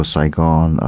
Saigon